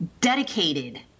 dedicated